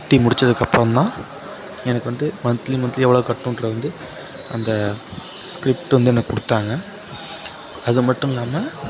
கட்டி முடிச்சதுக்கு அப்புறம் தான் எனக்கு வந்து மன்த்லி மன்த்லி எவ்வளோ கட்டணுன்றது வந்து அந்த ஸ்க்ரிப்ட்டு வந்து எனக்கு கொடுத்தாங்க அதை மட்டும் இல்லாமல்